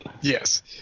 yes